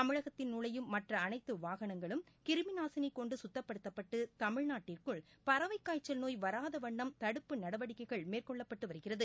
தமிழகத்தில் நுழையும் மற்ற அனைத்து வாகனங்களும் கிருமிநாசிணி கொண்டு சுத்தப்படுத்தப்பட்டு தமிழ்நாட்டிற்குள் பறவைக்காய்ச்சல் நோய் வராதவண்ணம் தடுப்பு நடவடிக்ககைள் மேற்கொள்ளப்பட்டு வருகிறது